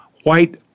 white